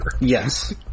Yes